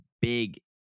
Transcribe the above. big